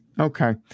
Okay